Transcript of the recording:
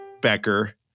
Becker